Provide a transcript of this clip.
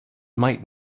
might